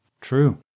True